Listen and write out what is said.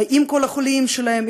עם כל החוליים שלהם,